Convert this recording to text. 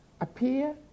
appear